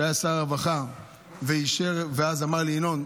שהיה שר הרווחה ואמר לי אז: ינון,